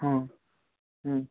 ହଁ ହୁଁ